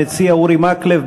המציע אורי מקלב,